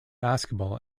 basketball